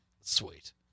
Sweet